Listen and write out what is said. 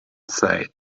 said